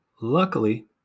Luckily